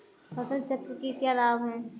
फसल चक्र के क्या लाभ हैं?